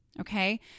Okay